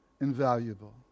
invaluable